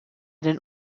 den